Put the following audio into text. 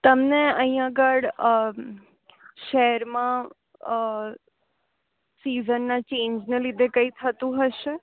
તમને અહીં આગળ શહેરમાં સિઝનના ચેંજને લીધે કંઈ થતું હશે